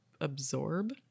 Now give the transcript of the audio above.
Absorb